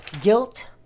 Guilt